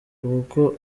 kuko